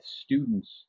students